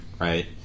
right